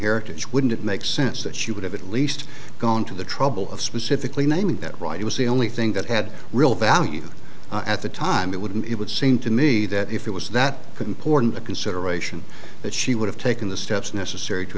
heritage wouldn't it make sense that she would have at least gone to the trouble of specifically naming that right it was the only thing that had real value at the time it wouldn't it would seem to me that if it was that couldn't pour into consideration that she would have taken the steps necessary to